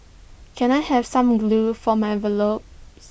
can I have some glue for my envelopes